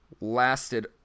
lasted